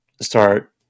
start